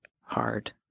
hard